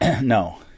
No